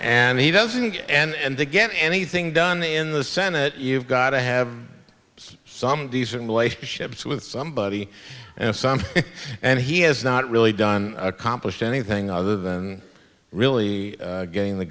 and he doesn't and they get anything done in the senate you've got to have some decent relationships with somebody and something and he has not really done accomplished anything other than really getting the